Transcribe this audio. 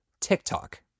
TikTok